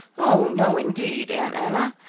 oh, no indeed, aunt anna,